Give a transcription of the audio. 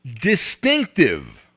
distinctive